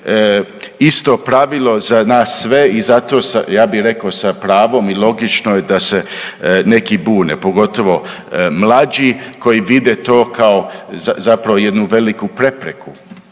isto pravilo za nas sve i zato ja bi rekao sa pravom i logično je da se neki bune, pogotovo mlađi koji vide to zapravo jednu veliku prepreku